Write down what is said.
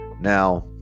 Now